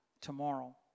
tomorrow